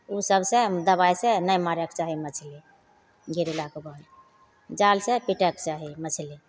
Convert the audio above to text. ओ सबसे दवाइसे नहि मारैके चाही मछली गिरेलाके बाद जालसे पिटैके चाही मछली